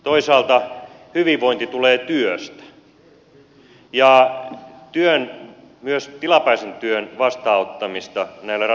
toisaalta hyvinvointi tulee työstä ja työn myös tilapäisen työn vastaanottamiseen näillä ratkaisuilla kannustetaan